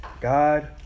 God